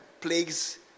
plagues